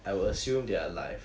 I will assume they are live